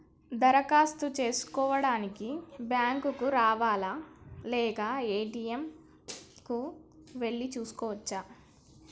దరఖాస్తు చేసుకోవడానికి బ్యాంక్ కు రావాలా లేక ఏ.టి.ఎమ్ కు వెళ్లి చేసుకోవచ్చా?